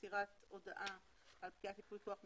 מסירת הודעה על פקיעת ייפוי כוח מתמשך,